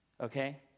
Okay